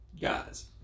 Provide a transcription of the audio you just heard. guys